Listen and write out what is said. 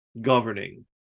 governing